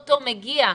אוטוטו מגיע,